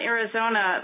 Arizona